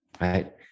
right